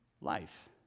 Life